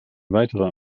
weiterer